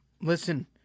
listen